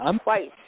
twice